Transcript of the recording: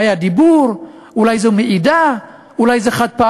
היה דיבור: אולי זו מעידה, אולי זה חד-פעמי.